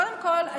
קודם כול,